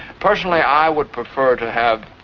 personally i would prefer to have